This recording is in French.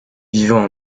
vivant